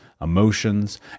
emotions